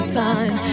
time